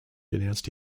denounced